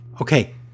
Okay